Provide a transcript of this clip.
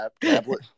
tablet